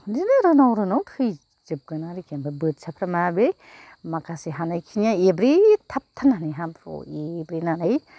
बिदिनो रोनाव रोनाव थैजोबगोन आरिखि ओमफ्राय बोथियाफ्रा माबि माखासे हानायखिनिया एब्रेथाबथारनानै हाब्रुआव एब्रेनानै